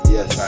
Yes